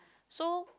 so